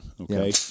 okay